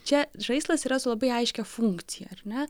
čia žaislas yra su labai aiškią funkcija ar ne